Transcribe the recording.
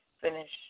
finish